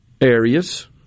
areas